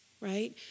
right